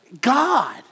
God